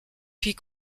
puis